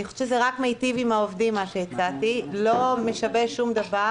אני חושבת שמה שהצעתי רק מיטיב עם העובדים ולא משבש שום דבר